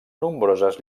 nombroses